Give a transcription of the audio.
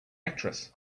actress